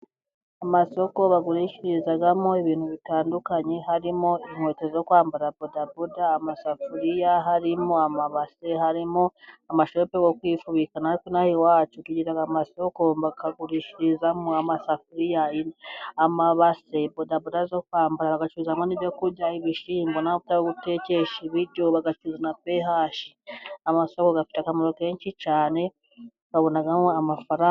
Amasoko bagurishirizamo ibintu bitandukanye harimo: inkweto zo kwambara, bodaboda, amasafuriya, harimo amabase, natwe inaha iwacu amasoko bayagurishirizamo amasafuriya, amabase, bodaboda zo kwambara, bagacururizamo ibyo kurya, ibishyimbo, n'amavuta yo gutekesha ibiryo, bagacuruza na pehashi. Amasoko afite akamaro kenshi cyane, babonamo amafaranga.